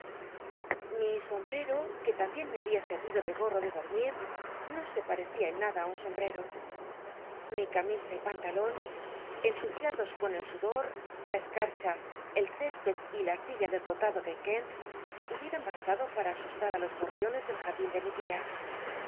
ili sombrcro que lambien me había setvido de gorro de dormit no se parecía en nada ti un somhrcto mi camisa y pantalon ensuciados con el sudor la escat cha el cesped y la arcilla del condado de kenl hubieran bastado para asustat á los gorriones del jardín de mi tia